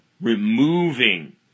removing